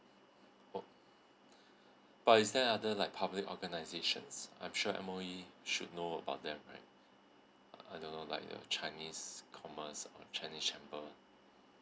oh but is there other like public organisations I'm sure M_O_E should know about them right uh I don't know like the chinese commerce or chinese chamber